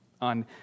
on